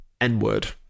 N-word